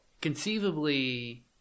conceivably